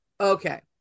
okay